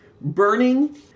burning